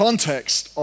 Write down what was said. Context